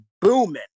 booming